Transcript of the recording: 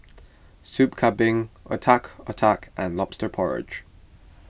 Soup Kambing Otak Otak and Lobster Porridge